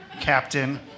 Captain